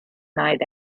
night